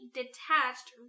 detached